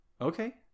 okay